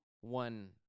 one